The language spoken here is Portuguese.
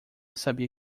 sabia